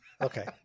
Okay